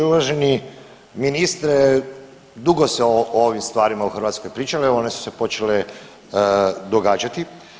Uvaženi ministre, dugo se o ovim stvarima u Hrvatskoj pričalo, one su se počele događati.